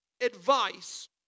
advice